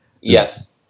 Yes